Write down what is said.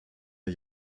der